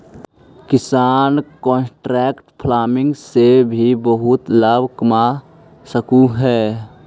किसान contract farming से भी बहुत लाभ कमा सकलहुं हे